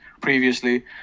previously